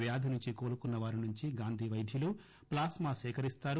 వ్యాధి నుంచి కోలుకున్న వారి నుంచి గాంధీ వైద్యులు ప్లాస్మా సేకరిస్తారు